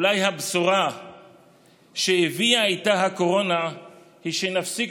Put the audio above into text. אולי הבשורה שהביאה איתה הקורונה היא שנפסיק